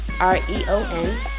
R-E-O-N